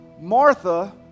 martha